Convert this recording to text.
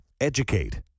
Educate